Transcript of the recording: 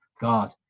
god